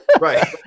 Right